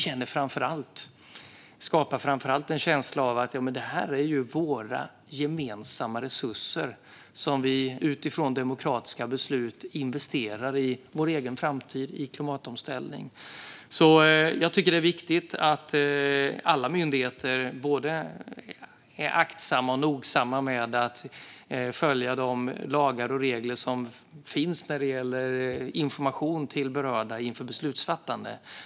Det skapar framför allt en känsla av att det är våra gemensamma resurser som vi utifrån demokratiska beslut investerar i vår egen framtid i klimatomställning. Det är viktigt att alla myndigheter är både aktsamma och nogsamma med att följa de lagar och regler som finns när det gäller information till berörda inför beslutsfattande.